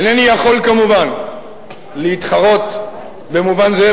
אינני יכול כמובן להתחרות במובן זה,